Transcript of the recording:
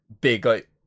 big